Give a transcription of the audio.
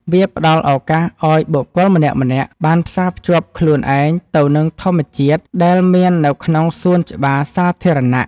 វាផ្ដល់ឱកាសឱ្យបុគ្គលម្នាក់ៗបានផ្សារភ្ជាប់ខ្លួនឯងទៅនឹងធម្មជាតិដែលមាននៅក្នុងសួនច្បារសាធារណៈ។